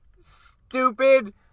Stupid